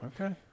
okay